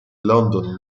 london